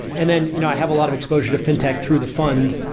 and then you know i have a lot of exposure to fintech through the fund.